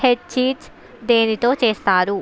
head cheese దేనితో చేస్తారు